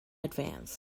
advance